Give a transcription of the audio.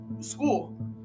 school